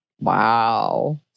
Wow